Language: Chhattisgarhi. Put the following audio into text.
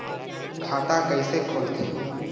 खाता कइसे खोलथें?